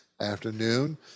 afternoon